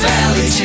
Valley